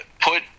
put